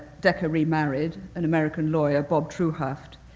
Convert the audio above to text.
decca remarried an american lawyer, bob truhaft,